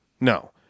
No